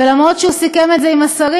ולמרות העובדה שהוא סיכם את זה עם השרים,